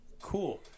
Cool